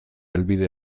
helbide